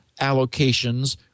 allocations